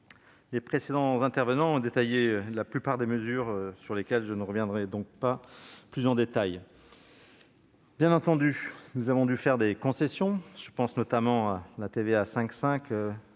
Les précédents intervenants ont détaillé la plupart des mesures, sur lesquelles je ne reviendrai donc pas plus avant. Bien entendu, nous avons dû faire des concessions- je pense notamment à la TVA à